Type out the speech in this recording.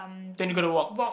then you got to walk